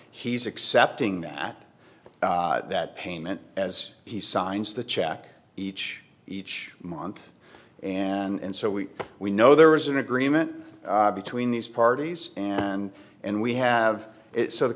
he's accepting that that payment as he signs the check each each month and so we we know there is an agreement between these parties and and we have it so the